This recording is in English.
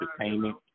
Entertainment